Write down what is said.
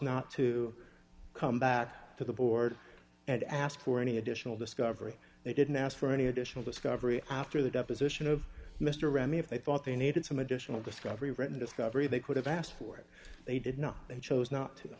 not to come back to the board and ask for any additional discovery they didn't ask for any additional discovery after the deposition of mr ram if they thought they needed some additional discovery written discovery they could have asked for it they did not they chose not to